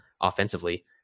offensively